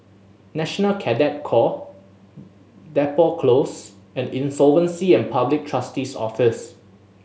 National Cadet Corps Depot Close and Insolvency and Public Trustee's Office